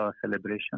celebration